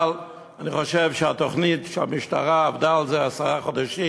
אבל אני חושב שהתוכנית שהמשטרה עבדה עליה עשרה חודשים,